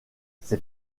ces